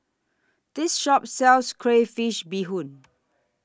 This Shop sells Crayfish Beehoon